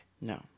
No